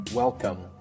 Welcome